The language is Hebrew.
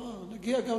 רק רגע, נגיע.